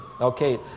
okay